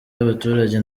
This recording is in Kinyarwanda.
y’abaturage